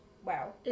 Wow